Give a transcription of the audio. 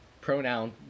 pronoun